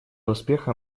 успеха